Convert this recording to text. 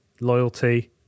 loyalty